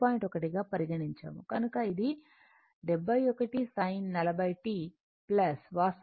1 గా పరిగణించాము కనుక ఇది 71 sin 40 t వాస్తవానికి ఇది 70